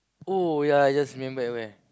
oh ya I just remember at where